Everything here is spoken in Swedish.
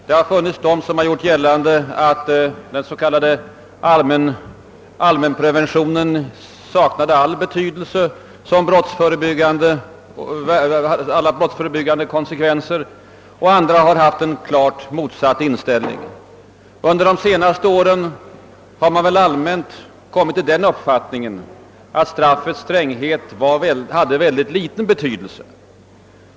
Det har funnits de som gjort gällande att den s.k. allmänpreventionen saknar alla förebyggande konsekvenser, Andra har haft en klart motsatt inställning. Under de senaste åren har man väl allmänt kommit till den uppfattningen, att straffets stränghet har mycket liten betydelse.